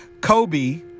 Kobe